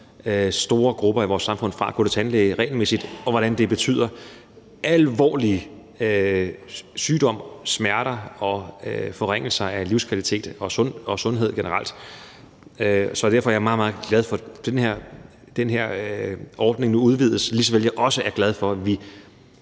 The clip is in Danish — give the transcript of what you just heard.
store grupper i vores samfund fra at gå til tandlæge regelmæssigt, og hvordan det betyder alvorlig sygdom, smerter og forringelser af livskvalitet og sundhed generelt. Så derfor er jeg meget, meget glad for, at den her ordning nu udvides, lige såvel som jeg også er glad for, at vi